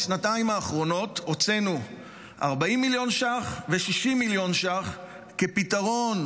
בשנתיים האחרונות הוצאנו 40 מיליון ש"ח ו-60 מיליון ש"ח כפתרון,